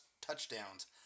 touchdowns